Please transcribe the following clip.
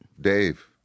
Dave